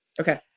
Okay